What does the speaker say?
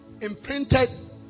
imprinted